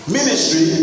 Ministry